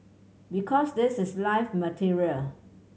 because this is live material